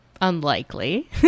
unlikely